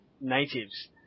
natives